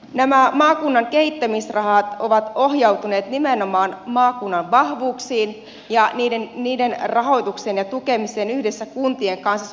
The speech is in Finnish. nämä maakunnan kehittämisrahat ovat ohjautuneet nimenomaan maakunnan vahvuuksiin ja niiden rahoitukseen ja tukemiseen yhdessä kuntien kanssa